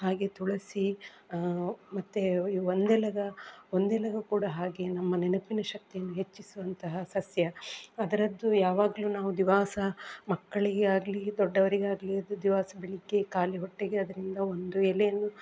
ಹಾಗೇ ತುಳಸಿ ಮತ್ತು ಒಂದೆಲಗ ಒಂದೆಲಗ ಕೂಡ ಹಾಗೆ ನಮ್ಮ ನೆನಪಿನ ಶಕ್ತಿಯನು ಹೆಚ್ಚಿಸುವಂತಹ ಸಸ್ಯ ಅದರದ್ದು ಯಾವಾಗಲು ನಾವು ದಿವಸ ಮಕ್ಕಳಿಗೆ ಆಗಲಿ ದೊಡ್ಡವರಿಗಾಗ್ಲಿ ಅದು ದಿವಸ ಬೆಳಿಗ್ಗೆ ಖಾಲಿ ಹೊಟ್ಟೆಗೆ ಅದರಿಂದ ಒಂದು ಎಲೆಯನ್ನು